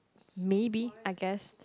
maybe I guess